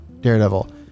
daredevil